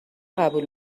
قبول